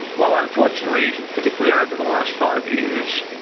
well, unfortunately, particularly over the last five years,